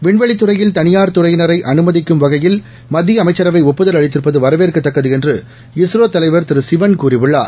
விண்வெளித் துறையில் தளிபாா் துறையினரை அனுமதிக்கும் வகையில் மத்திய அமைச்சரவை ஒப்புதல் அளித்திருப்பது வரவேற்கத்தக்கது என்று இஸ்ரோ தலைவர் திரு சிவன் கூறியுள்ளார்